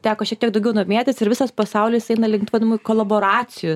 teko šiek tiek daugiau domėtis ir visas pasaulis eina link tų vadinamų koloboracijų